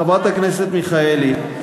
חברת הכנסת מיכאלי,